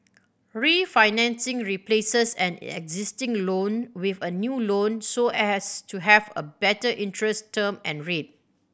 refinancing replaces an existing loan with a new loan so as to have a better interest term and rate